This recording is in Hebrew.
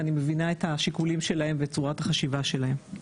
ואני מבינה את השיקולים שלהם ואת צורת החשיבה שלהם.